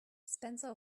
spencer